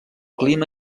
clima